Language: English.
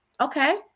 Okay